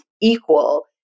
equal